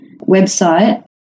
website